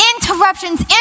Interruptions